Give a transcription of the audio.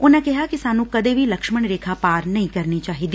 ਉਨੂਂ ਕਿਹਾ ਕਿ ਸਾਨੂੰ ਕਦੇ ਵੀ ਲਕਛਮਣ ਰੇਖਾ ਪਾਰ ਨਹੀ ਕਰਨੀ ਚਾਹੀਦੀ